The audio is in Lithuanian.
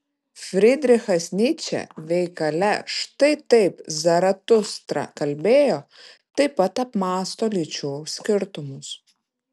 frydrichas nyčė veikale štai taip zaratustra kalbėjo taip pat apmąsto lyčių skirtumus